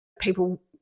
People